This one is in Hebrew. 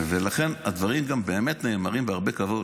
לכן, הדברים באמת נאמרים גם בהרבה כבוד.